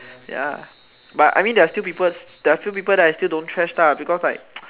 ya but I mean there are still people there are still people that I still don't trash lah because like